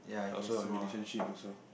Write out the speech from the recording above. also a relationship also